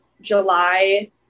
July